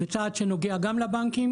זה צעד שנוגע גם לבנקים,